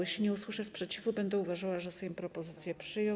Jeśli nie usłyszę sprzeciwu, będę uważała, że Sejm propozycję przyjął.